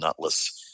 nutless